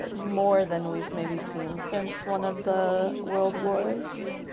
ah more than we've maybe seen since one of the world wars?